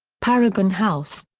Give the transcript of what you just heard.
paragon house.